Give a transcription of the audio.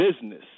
business